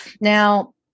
Now